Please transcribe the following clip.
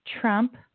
Trump